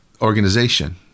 organization